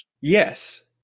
Yes